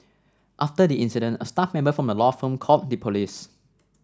after the incident a staff member from the law firm called the police